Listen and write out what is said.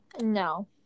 No